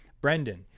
Brendan